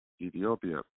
Ethiopia